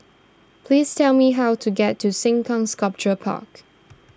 please tell me how to get to Sengkang Sculpture Park